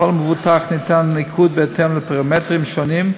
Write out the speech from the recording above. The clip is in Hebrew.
לכל מבוטח ניתן ניקוד בהתאם לפרמטרים שונים: